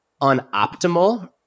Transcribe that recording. unoptimal